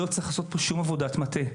לא צריכה להיעשות פה שום עבודת מטה נוספת.